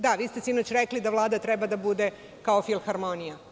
Da, vi ste sinoć rekli da Vlada treba da bude kao filharmonija.